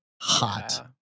hot